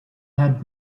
had